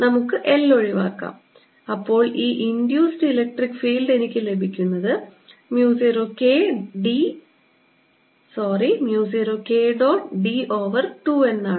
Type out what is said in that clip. നമുക്ക് l ഒഴിവാക്കാം അപ്പോൾ ഈ ഇൻഡ്യൂസ്ഡ് ഇലക്ട്രിക് ഫീൽഡ് എനിക്ക് ലഭിക്കുന്നത് mu 0 K dot d over 2 എന്നാണ്